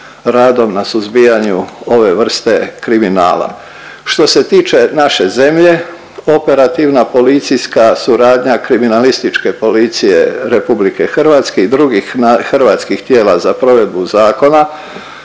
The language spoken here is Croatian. radom na suzbijanju ove vrste kriminala. Što se tiče naše zemlje operativna policijska suradnja kriminalističke policije RH i drugih hrvatskih tijela za provedbu zakona